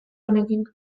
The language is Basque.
honekin